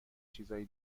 چیزای